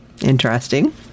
interesting